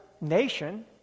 nation